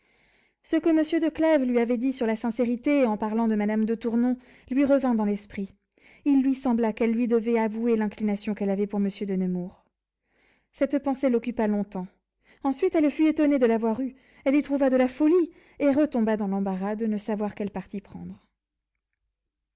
ce que monsieur de clèves lui avait dit sur la sincérité en parlant de madame de tournon lui revint dans l'esprit il lui sembla qu'elle lui devait avouer l'inclination qu'elle avait pour monsieur de nemours cette pensée l'occupa longtemps ensuite elle fut étonnée de l'avoir eue elle y trouva de la folie et retomba dans l'embarras de ne savoir quel parti prendre